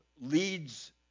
leads